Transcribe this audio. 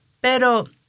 Pero